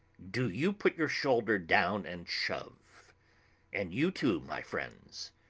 do you put your shoulder down and shove and you too, my friends.